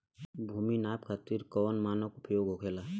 भूमि नाप खातिर कौन मानक उपयोग होखेला?